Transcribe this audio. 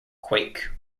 quake